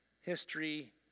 history